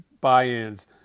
buy-ins